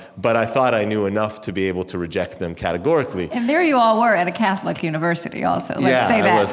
but i thought i knew enough to be able to reject them categorically and there you all were at a catholic university also, let's say that